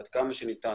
עד כמה שניתן,